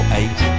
eight